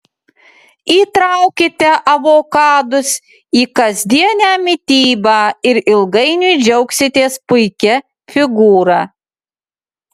įtraukite avokadus į kasdienę mitybą ir ilgainiui džiaugsitės puikia figūra